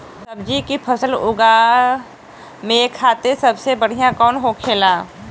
सब्जी की फसल उगा में खाते सबसे बढ़ियां कौन होखेला?